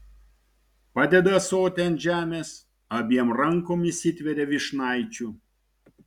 padeda ąsotį ant žemės abiem rankom įsitveria vyšnaičių